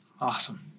Awesome